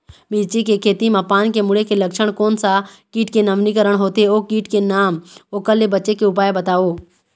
मिर्ची के खेती मा पान के मुड़े के लक्षण कोन सा कीट के नवीनीकरण होथे ओ कीट के नाम ओकर ले बचे के उपाय बताओ?